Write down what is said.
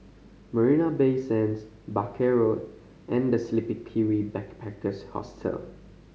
Marina Bay Sands Barker Road and The Sleepy Kiwi Backpackers Hostel